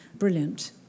brilliant